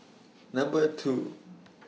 Number two